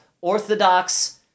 Orthodox